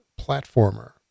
platformer